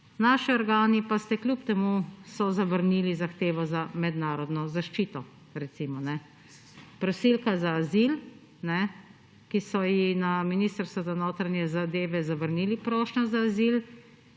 naši organi pa so kljub temu zavrnili zahtevo za mednarodno zaščito, recimo. Prosilka za azil, ki so ji na Ministrstvu za notranje zadeve zavrnili prošnjo za azil,